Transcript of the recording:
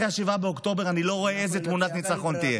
אחרי 7 באוקטובר אני לא רואה איזו תמונת ניצחון תהיה.